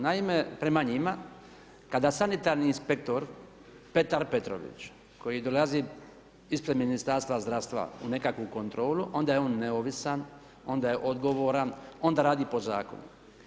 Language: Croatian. Naime, prema njima kada sanitarni inspektor Petar Petrović koji dolazi ispred Ministarstva zdravstva u nekakvu kontrolu, onda je on neovisan, onda je odgovoran, onda radi po zakonu.